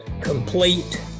complete